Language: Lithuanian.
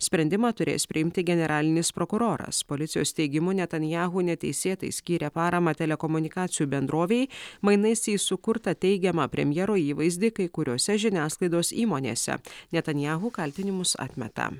sprendimą turės priimti generalinis prokuroras policijos teigimu netanjahu neteisėtai skyrė paramą telekomunikacijų bendrovei mainais į sukurtą teigiamą premjero įvaizdį kai kuriose žiniasklaidos įmonėse netanjahu kaltinimus atmeta